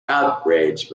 outraged